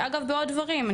אגב, בעוד דברים,